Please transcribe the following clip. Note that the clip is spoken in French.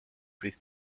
plus